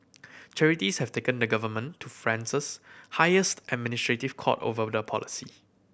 charities have taken the government to France's highest administrative court over the policy